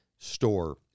store